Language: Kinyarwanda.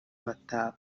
mataba